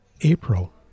April